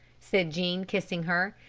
said jean, kissing her.